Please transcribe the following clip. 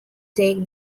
take